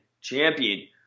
Champion